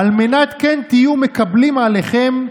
על מנת כן תהיו מקבלים עליכם,